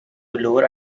lower